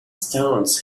stones